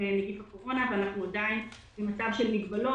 נגיף הקורונה ואנחנו עדיין במצב של מגבלות,